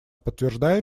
подтверждает